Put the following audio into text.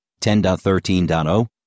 10.13.0